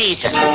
Season